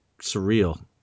surreal